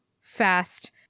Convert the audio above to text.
fast